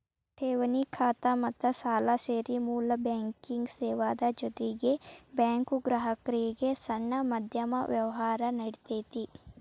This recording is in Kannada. ಠೆವಣಿ ಖಾತಾ ಮತ್ತ ಸಾಲಾ ಸೇರಿ ಮೂಲ ಬ್ಯಾಂಕಿಂಗ್ ಸೇವಾದ್ ಜೊತಿಗೆ ಬ್ಯಾಂಕು ಗ್ರಾಹಕ್ರಿಗೆ ಸಣ್ಣ ಮಧ್ಯಮ ವ್ಯವ್ಹಾರಾ ನೇಡ್ತತಿ